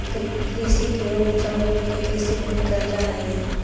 कृषि के योग्य उपजाऊ भूमि के कृषिभूमि कहल जा हई